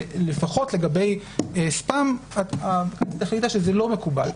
ולפחות לגבי ספאם, הכנסת החליטה שזה לא מקובל.